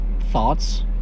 thoughts